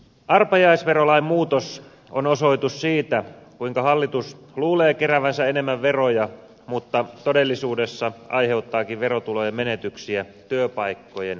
arpajaisverolain muutos on osoitus siitä kuinka hallitus luulee keräävänsä enemmän veroja mutta todellisuudessa aiheuttaakin verotulojen menetyksiä työpaikkojen menetyksinä